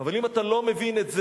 אבל אם אתה לא מבין את זה,